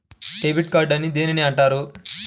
Debit card అని దేనిని అంటారు?